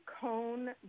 cone